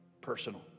personal